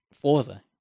Forza